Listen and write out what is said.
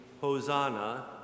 Hosanna